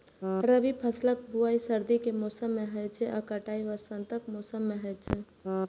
रबी फसलक बुआइ सर्दी के मौसम मे होइ छै आ कटाइ वसंतक मौसम मे होइ छै